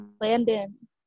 Landon